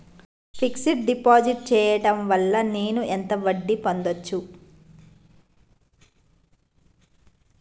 Fix డ్ deposit చేయటం వల్ల నేను ఎంత వడ్డీ పొందచ్చు?